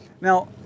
Now